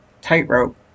tightrope